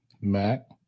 Mac